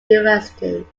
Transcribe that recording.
university